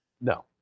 No